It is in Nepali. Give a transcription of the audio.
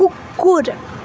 कुक्कुर